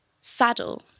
saddle